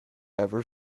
ever